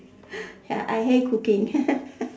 ya I hate cooking